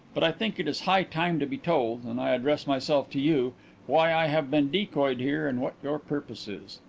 but i think it is high time to be told and i address myself to you why i have been decoyed here and what your purpose is.